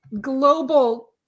global